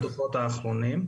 בדוחות האחרונים.